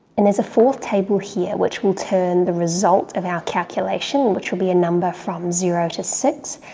and there's a fourth table here which will turn the result of our calculation which will be a number from zero to six,